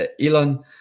Elon